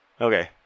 Okay